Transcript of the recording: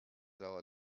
our